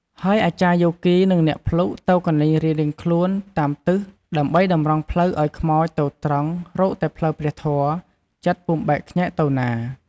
ហើយអាចារ្យយោគីនិងអ្នកភ្លុកទៅកន្លែងរៀងៗខ្លួនតាមទិសដើម្បីតម្រង់ផ្លូវឲ្យខ្មោចទៅត្រង់រកតែផ្លូវព្រះធម៌ ចិត្តពុំបែកខ្ញែកទៅណា។